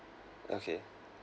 okay